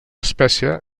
espècie